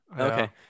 Okay